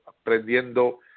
aprendiendo